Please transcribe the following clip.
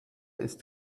ist